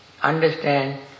understand